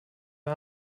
wir